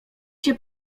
się